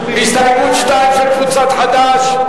2 של קבוצת חד"ש.